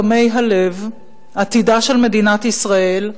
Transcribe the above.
תמי הלב, עתידה של מדינת ישראל,